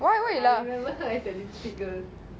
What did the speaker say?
why why you laugh